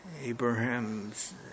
Abraham's